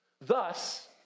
Thus